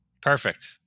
Perfect